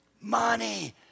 Money